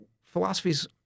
philosophies